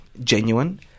genuine